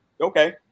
okay